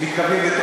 מתכוונים לטוב.